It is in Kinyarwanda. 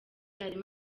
arimo